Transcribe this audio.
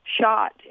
shot